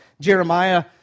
Jeremiah